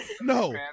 no